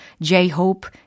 J-Hope